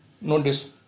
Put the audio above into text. notice